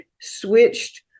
switched